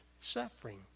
Suffering